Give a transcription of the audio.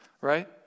Right